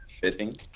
fitting